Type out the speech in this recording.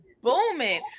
booming